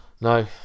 No